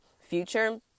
future